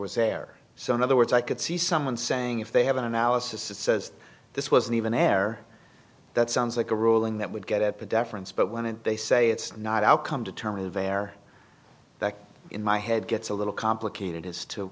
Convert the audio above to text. was there so in other words i could see someone saying if they have an analysis that says this wasn't even air that sounds like a ruling that would get at the deference but when it they say it's not outcome determinative a hair that in my head gets a little complicated as to